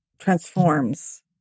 transforms